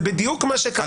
זה בדיוק מה שקרה.